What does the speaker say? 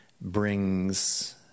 brings